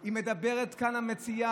אבל מה קורה אם בן הזוג השני לומד?